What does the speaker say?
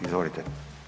Izvolite.